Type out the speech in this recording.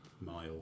mile